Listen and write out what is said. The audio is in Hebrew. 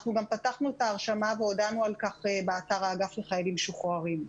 אנחנו גם פתחנו את ההרשמה והודענו על כך באתר האגף לחיילים משוחררים.